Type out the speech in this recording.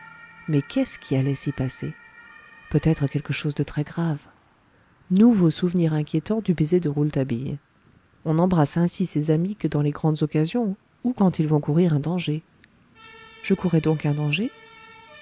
mais qu'est-ce qui allait s'y passer peut-être quelque chose de très grave nouveau souvenir inquiétant du baiser de rouletabille on n'embrasse ainsi ses amis que dans les grandes occasions ou quand ils vont courir un danger je courais donc un danger